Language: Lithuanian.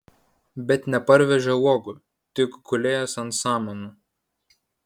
bet neparvežė uogų tik gulėjęs ant samanų